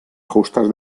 justas